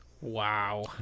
Wow